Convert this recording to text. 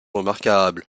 remarquables